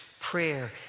prayer